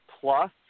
plus